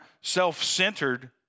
self-centered